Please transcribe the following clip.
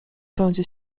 będzie